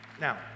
Now